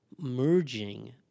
merging